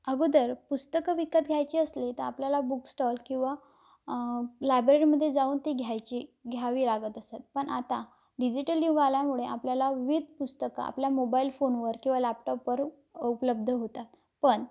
अगोदर पुस्तकं विकत घ्यायची असली तर आपल्याला बुक स्टॉल किंवा लायब्ररीमध्ये जाऊन ते घ्यायची घ्यावी लागत असतं पण आता डिजिटल युग आल्यामुळे आपल्याला विथ पुस्तकं आपल्या मोबाईल फोनवर किंवा लॅपटॉपवर उपलब्ध होतात पण